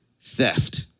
Theft